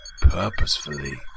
purposefully